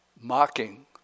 mocking